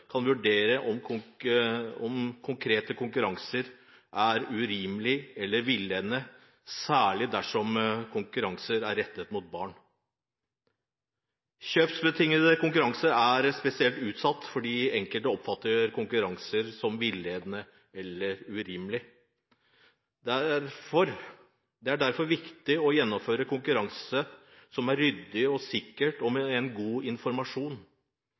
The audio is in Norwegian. kan vurdere om konkrete konkurranser er urimelige eller villedende, særlig dersom konkurranser er rettet mot barn. Kjøpsbetingede konkurranser er spesielt utsatt fordi enkelte oppfatter konkurransene som villedende eller urimelige. Det er derfor viktig å gjennomføre konkurranser ryddig, sikkert og med god informasjon.